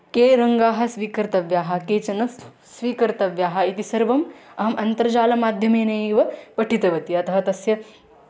के रङ्गाः स्वीकर्तव्याः केचन स्वीकर्तव्याः इति सर्वम् अहम् अन्तर्जालमाध्यमेनैव पठितवती अतः तस्य